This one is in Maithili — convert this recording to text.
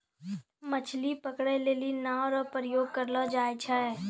मछली पकड़ै लेली नांव रो प्रयोग करलो जाय छै